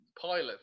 pilot